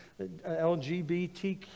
LGBTQ